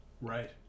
Right